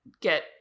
get